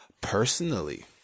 Personally